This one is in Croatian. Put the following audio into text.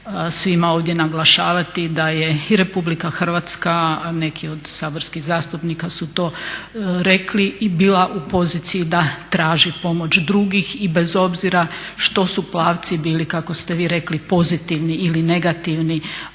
svima ovdje naglašavati da je i RH, a neki od saborskih zastupnika su to rekli bila u poziciji da traži pomoć drugih i bez obzira što su plavci bili, kako ste vi rekli, pozitivni ili negativni.